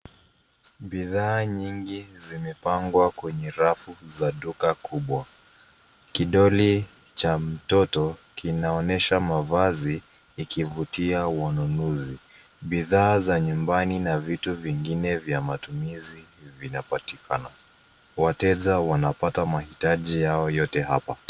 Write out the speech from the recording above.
Bidhaa nyingi zimepangwa kwenye rafu za duka kubwa. Kidoli cha mtoto kinaonyesha mavazi kikivutia wanunuzi. Bidhaa za nyumbani na vitu vingine vya matumizi vinapatikana. Wateja wanapata mahitaji yao yote hapa.